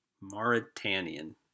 Mauritanian